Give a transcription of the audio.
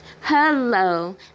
Hello